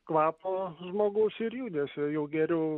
kvapo žmogaus ir judesio jau geriau